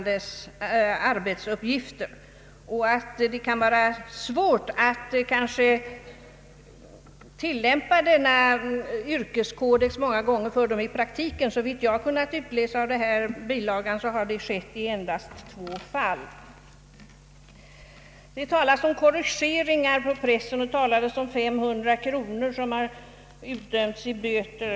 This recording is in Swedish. pressetiska frågor des arbetsuppgifter. Det kan också vara svårt för medlemmarna i denna yrkeskår att tillämpa sina möjligheter att neka fullgöra tilldelade uppdrag i praktiken. Såvitt jag kan utläsa av bilagan har det skett endast i två fall. Det talades om korrigeringsmöjlighet mot felande press och om att 500 kronor hade utdömts i böter.